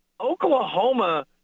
Oklahoma